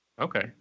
Okay